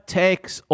takes